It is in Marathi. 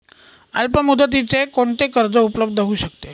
अल्पमुदतीचे कोणते कर्ज उपलब्ध होऊ शकते?